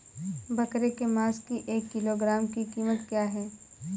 बकरे के मांस की एक किलोग्राम की कीमत क्या है?